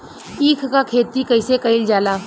ईख क खेती कइसे कइल जाला?